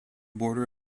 border